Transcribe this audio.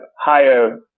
Higher